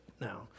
now